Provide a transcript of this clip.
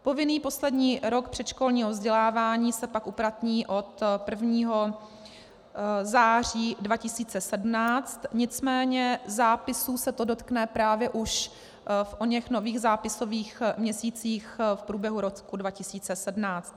Povinný poslední rok předškolního vzdělávání se pak uplatní od 1. září 2017, nicméně zápisů se to dotkne právě už v oněch nových zápisových měsících v průběhu roku 2017.